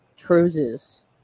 cruises